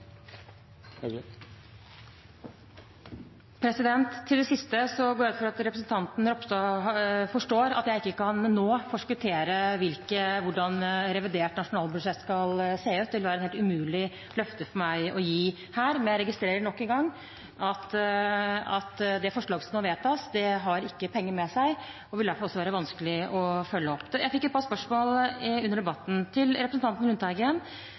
Til det siste: Jeg går ut fra at representanten Ropstad forstår at jeg ikke nå kan forskuttere hvordan revidert nasjonalbudsjett skal se ut. Det vil være et helt umulig løfte for meg å gi her. Men jeg registrerer nok en gang at det forslaget som nå vedtas, ikke har penger med seg, og det vil derfor være vanskelig å følge opp. Jeg fikk et par spørsmål under debatten. Til representanten Lundteigen: